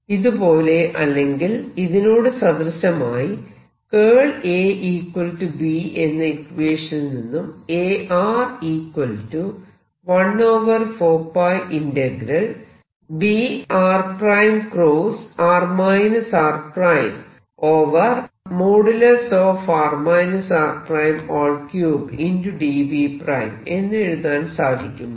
ഇതുപോലെ അല്ലെങ്കിൽ ഇതിനോട് സദൃശമായി A B എന്ന ഇക്വേഷനിൽ നിന്നും എന്ന് എഴുതാൻ സാധിക്കുമോ